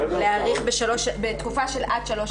להאריך בתקופה של עד שלוש שנים.